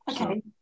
Okay